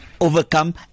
overcome